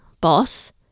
boss